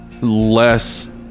Less